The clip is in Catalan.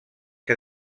que